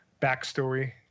backstory